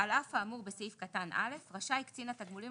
"על אף האמור בסעיף קטן (א) רשאי קצין תגמולים